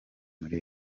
muri